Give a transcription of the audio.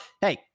hey